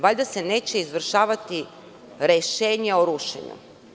Valjda se neće izvršavati rešenje o rušenje.